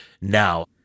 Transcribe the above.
now